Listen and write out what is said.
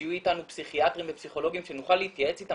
ושיהיו איתנו פסיכיאטרים ופסיכולוגים שנוכל להתייעץ איתם